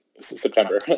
September